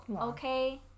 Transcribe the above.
okay